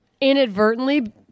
inadvertently